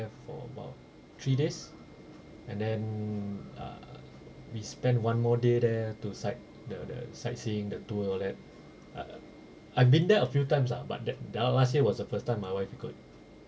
for about three days and then err we spend one more day there ah to sight the the sightseeing the tour all that uh I've been there a few times ah but that the last year was the first time my wife ikut